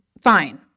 fine